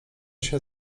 się